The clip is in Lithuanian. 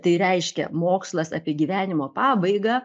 tai reiškia mokslas apie gyvenimo pabaigą